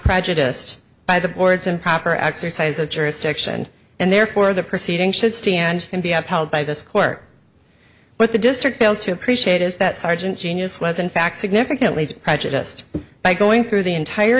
prejudiced by the board's improper exercise of jurisdiction and therefore the proceedings should stand and be upheld by this court with the district fails to appreciate is that sergeant genius was in fact significantly prejudiced by going through the entire